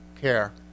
care